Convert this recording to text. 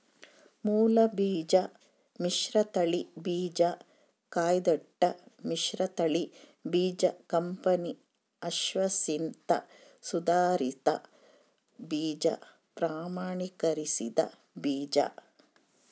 ಮೂಲಬೀಜ ಮಿಶ್ರತಳಿ ಬೀಜ ಕಾಯ್ದಿಟ್ಟ ಮಿಶ್ರತಳಿ ಬೀಜ ಕಂಪನಿ ಅಶ್ವಾಸಿತ ಸುಧಾರಿತ ಬೀಜ ಪ್ರಮಾಣೀಕರಿಸಿದ ಬೀಜ